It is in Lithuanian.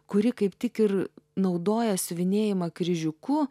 kuri kaip tik ir naudoja siuvinėjimą kryžiuku